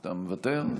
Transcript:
אתה מוותר?